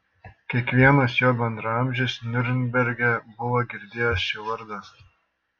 kiekvienas jo bendraamžis niurnberge buvo girdėjęs šį vardą